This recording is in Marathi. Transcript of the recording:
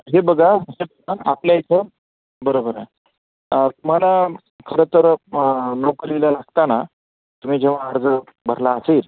हे बघा आपल्या इथं बरोबर आहे तुम्हाला खरंंतर नोकरीला लागताना तुम्ही जेव्हा अर्ज भरला असेल